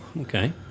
Okay